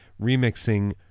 remixing